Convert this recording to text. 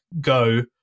go